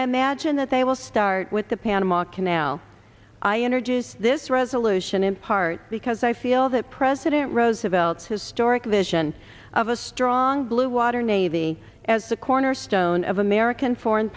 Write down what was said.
i imagine that they will start with the panama canal i introduced this resolution in part because i feel that president roosevelt's historic vision of a strong blue water navy as the cornerstone of american foreign